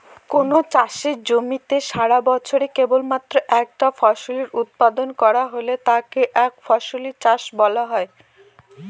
কোনো চাষের জমিতে সারাবছরে কেবলমাত্র একটা ফসলের উৎপাদন করা হলে তাকে একফসলি চাষ বলা হয়